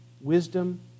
wisdom